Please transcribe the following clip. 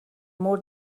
more